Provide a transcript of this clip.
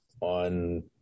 on